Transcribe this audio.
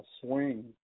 swing